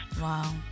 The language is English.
Wow